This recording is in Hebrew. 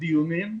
דיונים,